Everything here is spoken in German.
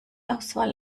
auswahl